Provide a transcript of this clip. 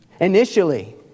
Initially